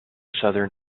southern